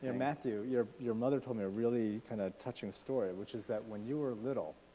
ah matthew. your, your mother told me a really kind of touching story, which is that when you were little,